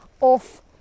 off